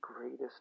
greatest